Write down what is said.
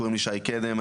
קוראים לי שי קדם,